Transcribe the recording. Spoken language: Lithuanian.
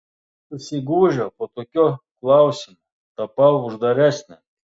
susigūžiau po tokio klausimo tapau uždaresnė